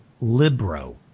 Libro